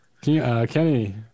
Kenny